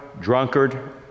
drunkard